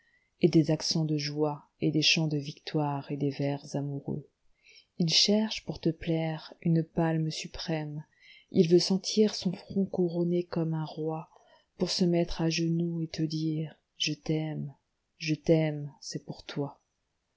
et des accents de joie et des chants de victoire et des vers amoureux il cherche pour te plaire une palme suprême il veut sentir son front couronné comme un roi pour se mettre à genoux et te dire je t'aime je t'aime c'est pour toi